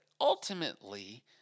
ultimately